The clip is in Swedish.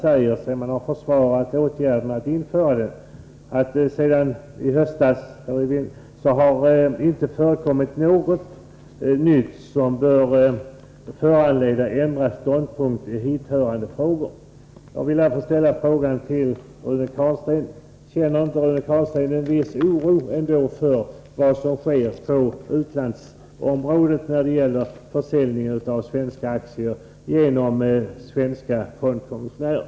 Sedan utskottet försvarat åtgärden att införa skatten säger man att det sedan i höstas inte har ”förekommit något nytt som bör föranleda ändrad ståndpunkt i hithörande frågor”. Jag vill därför fråga Rune Carlstein: Känner inte Rune Carlstein ändå en viss oro inför vad som sker på utlandsområdet när det gäller försäljning av svenska aktier genom svenska fondkommissionärer?